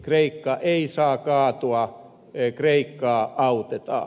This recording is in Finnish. kreikka ei saa kaatua kreikkaa autetaan